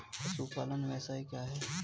पशुपालन व्यवसाय क्या है?